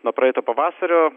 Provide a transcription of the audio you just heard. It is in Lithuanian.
nuo praeito pavasario